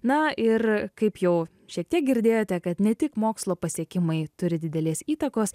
na ir kaip jau šiek tiek girdėjote kad ne tik mokslo pasiekimai turi didelės įtakos